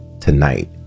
Tonight